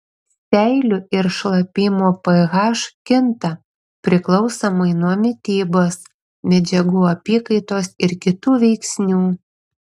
seilių ir šlapimo ph kinta priklausomai nuo mitybos medžiagų apykaitos ir kitų veiksnių